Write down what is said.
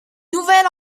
nouvel